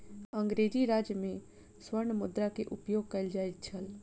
अंग्रेजी राज में स्वर्ण मुद्रा के उपयोग कयल जाइत छल